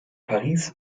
paris